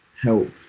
help